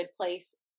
place